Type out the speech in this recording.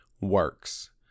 works